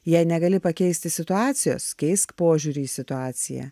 jei negali pakeisti situacijos keisk požiūrį į situaciją